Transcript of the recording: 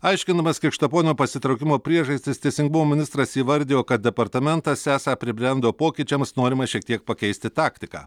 aiškindamas krikštaponio pasitraukimo priežastis teisingumo ministras įvardijo kad departamentas esą pribrendo pokyčiams norima šiek tiek pakeisti taktiką